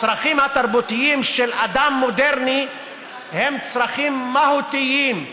הצרכים התרבותיים של אדם מודרני הם צרכים מהותיים.